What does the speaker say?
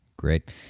Great